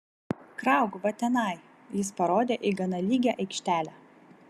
krauk va tenai jis parodė į gana lygią aikštelę